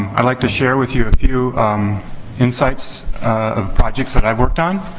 i'd like to share with you few insights of projects that i've worked on.